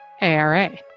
ARA